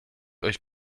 euch